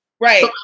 Right